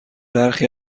برخی